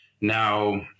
Now